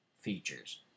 features